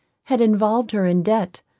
had involved her in debt,